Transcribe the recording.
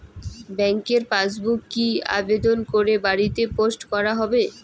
ব্যাংকের পাসবুক কি আবেদন করে বাড়িতে পোস্ট করা হবে?